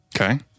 Okay